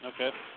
Okay